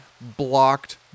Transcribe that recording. blocked